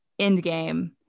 Endgame